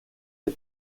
the